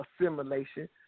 assimilation